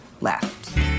left